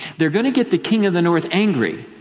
they're going to get the king of the north angry,